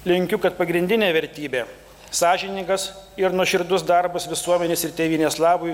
linkiu kad pagrindinė vertybė sąžiningas ir nuoširdus darbas visuomenės ir tėvynės labui